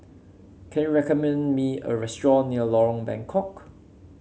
can you recommend me a restaurant near Lorong Bengkok